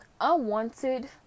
unwanted